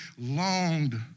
longed